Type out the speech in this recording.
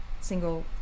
single